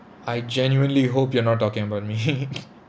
I genuinely hope you're not talking about me